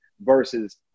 versus